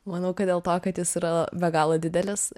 manau kad dėl to kad jis yra be galo didelis